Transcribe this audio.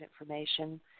information